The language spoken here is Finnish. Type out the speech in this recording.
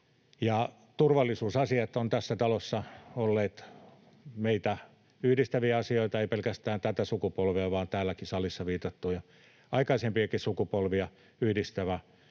Turvallisuusasiat ovat tässä talossa olleet meitä yhdistäviä asioita — eivät pelkästään tätä sukupolvea vaan täällä salissa viitattuja aikaisempiakin sukupolvia yhdistävä voima.